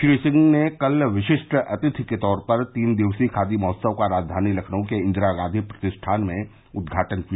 श्री सिंह ने कल विशिष्ट अतिथि के तौर पर तीन दिवसीय खादी महोत्सव का राजधानी लखनऊ के इंदिरा गांधी प्रतिष्ठान में उदघाटन किया